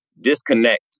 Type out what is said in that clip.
disconnect